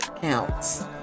counts